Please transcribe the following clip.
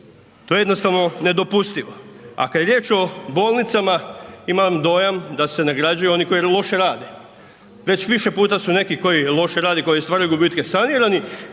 To je jednostavno nedopustivo. A kada je riječ o bolnicama imam dojam da se nagrađuju oni koji loše rade. Već više puta su neki koji loše rade i koji stvaraju gubitke sanirani